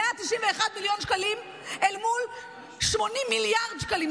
191 מיליון שקלים אל מול 80 מיליארד שקלים.